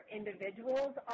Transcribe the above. individuals